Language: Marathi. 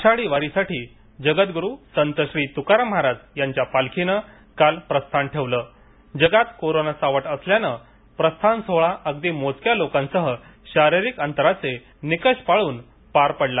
आषाढी वारीसाठी जगद्गुरू संत श्री तुकाराम महाराज यांच्या पालखीने आज प्रस्थान ठेवले जगात कोरोना सावट असल्याने प्रस्थान सोहळा अगदी मोजक्या लोकांसह शारीरिक अंतराचे निकष पाळून पार पडला